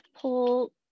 pull